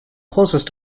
closest